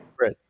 Right